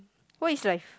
what is life